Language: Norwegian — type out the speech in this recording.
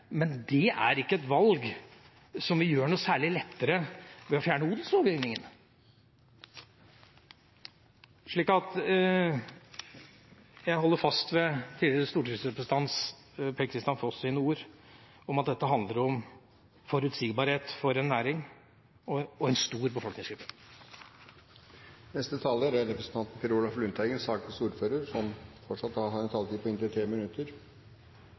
men det er ikke et valg som vi gjør noe særlig lettere ved å fjerne odelslovgivningen. Jeg holder fast ved tidligere stortingsrepresentant Per Kristian Foss’ ord om at dette handler om forutsigbarhet for en næring og for en stor befolkningsgruppe. Det var representanten Werp jeg også ville innom. Representanten refererte til at det var usikkerhet rundt å overta en